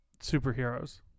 superheroes